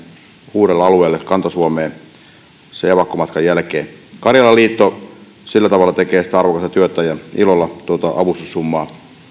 uudelle alueelle kanta suomeen sen evakkomatkan jälkeen karjalan liitto sillä tavalla tekee sitä arvokasta työtä ja ilolla tuota avustussummaa